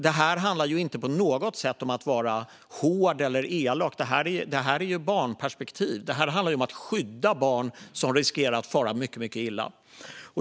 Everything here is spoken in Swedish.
Det här handlar ju inte på något sätt om att vara hård eller elak. Det är fråga om ett barnperspektiv. Det handlar om att skydda barn som riskerar att fara mycket illa.